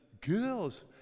girls